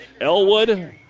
Elwood